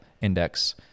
Index